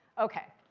ok,